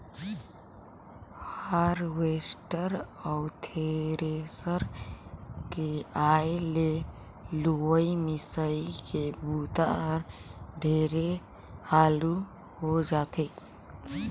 harvester अउ thresher के आए ले लुवई, मिंसई के बूता हर ढेरे हालू हो जाथे